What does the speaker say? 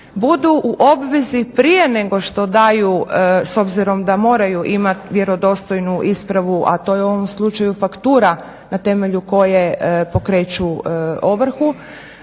budu u obveznici prije nego što daju, s obzirom da moraju imat vjerodostojnu ispravu a to je u ovom slučaju faktura na temelju koje pokreću ovrhu,